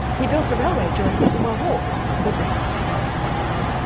he built a railway during the second world war and bill said, i know, i helped him